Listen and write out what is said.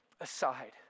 aside